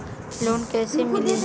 Loan कईसे मिली?